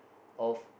of